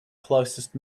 closest